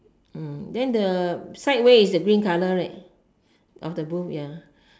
then the side way is the green colour right of the booth ya